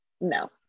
No